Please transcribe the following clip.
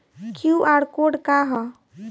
QR code का ह?